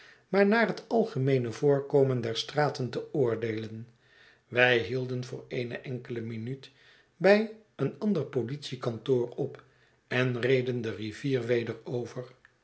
maar naar het algemeene voorkomen der straten te oordeelen wij hielden voor eene enkele minuut bij een ander politiekantoor op en reden de rivier weder over